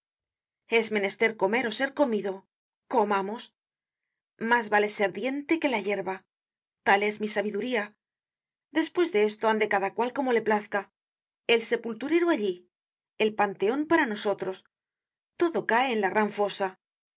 es menester comer ó ser comido comamos mas vale ser el diente que la yerba tal es mi sabiduría despues de esto ande cada cual como le plazca el sepulturero allí el panteon para nosotros todo cae en la gran fosa